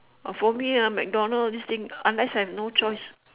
oh for me ah MacDonald all this thing unless I have no choice